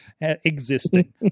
existing